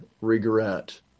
regret